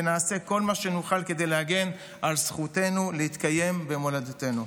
ונעשה כל מה שנוכל כדי להגן על זכותנו להתקיים במולדתנו.